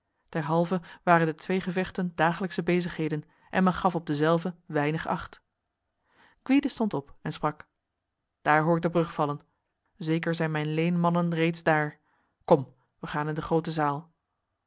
derhalve waren de tweegevechten dagelijkse bezigheden en men gaf op dezelve weinig acht gwyde stond op en sprak daar hoor ik de brug vallen zeker zijn mijn leenmannen reeds daar kom wij gaan in de grote zaal